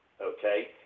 okay